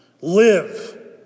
Live